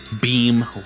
beam